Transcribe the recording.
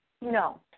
no